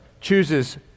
chooses